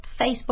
Facebook